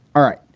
all right.